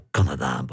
Canada